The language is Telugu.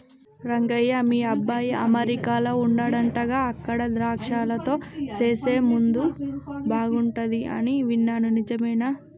రంగయ్య మీ అబ్బాయి అమెరికాలో వుండాడంటగా అక్కడ ద్రాక్షలతో సేసే ముందు బాగుంటది అని విన్నాను నిజమేనా